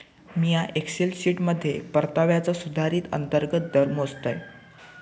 मिया एक्सेल शीटमध्ये परताव्याचो सुधारित अंतर्गत दर मोजतय